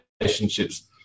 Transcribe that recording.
relationships